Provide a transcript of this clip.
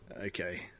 Okay